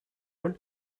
роль